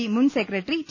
D മുൻ secretary T